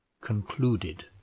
concluded